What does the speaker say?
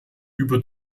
über